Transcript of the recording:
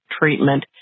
treatment